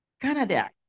Canada